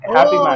Happy